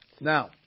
Now